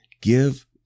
give